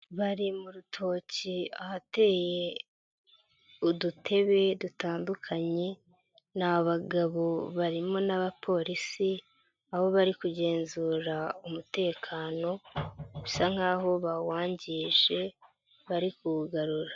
Bari mu rutoki ahateye udutebe dutandukanye, ni abagabo barimo n'abapolisi, aho bari kugenzura umutekano bisa nkaho bawangije bari kuwugarura.